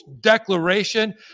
declaration